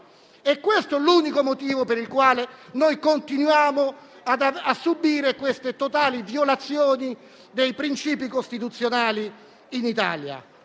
Ecco l'unico motivo per il quale continuiamo ad assorbire queste totali violazioni dei principi costituzionali in Italia.